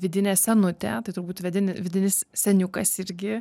vidinė senutė tai turbūt vedini vidinis seniukas irgi